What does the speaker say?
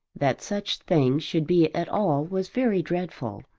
that such things should be at all was very dreadful,